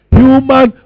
human